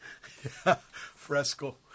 Fresco